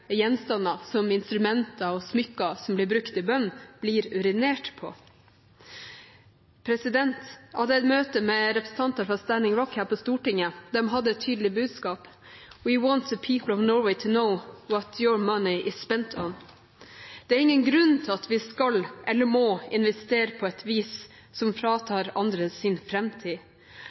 gjenstander som instrumenter og smykker som blir brukt i bønn, blir urinert på. Jeg hadde et møte med representanter fra Standing Rock her på Stortinget. De hadde et tydelig budskap: «We want the people of Norway to know what your money is spent on». Det er ingen grunn til at vi skal eller må investere på et vis som fratar andre